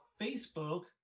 Facebook